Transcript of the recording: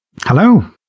Hello